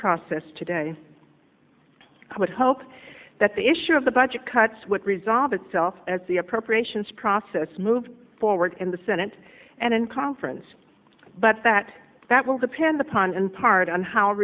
process today i would hope that the issue of the budget cuts would resolve itself as the appropriations process moves forward in the senate and in conference but that that will depend upon in part on how